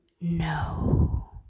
no